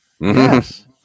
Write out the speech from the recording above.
yes